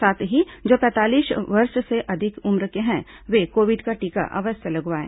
साथ ही जो पैंतालीस वर्ष से अधिक उम्र के हैं वे कोविड का टीका अवश्य लगवाएं